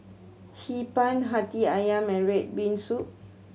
Hee Pan Hati Ayam and red bean soup